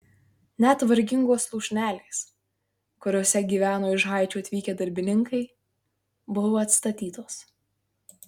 net vargingos lūšnelės kuriose gyveno iš haičio atvykę darbininkai buvo atstatytos